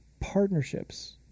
Partnerships